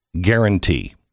guarantee